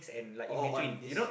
orh on this